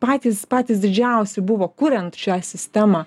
patys patys didžiausi buvo kuriant šią sistemą